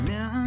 Now